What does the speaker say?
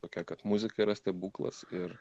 tokia kad muzika yra stebuklas ir